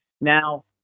now